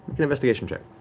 investigation check.